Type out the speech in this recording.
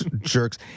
jerks